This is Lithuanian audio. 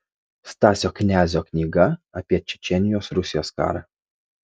stasio knezio knyga apie čečėnijos rusijos karą